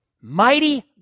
mighty